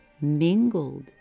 mingled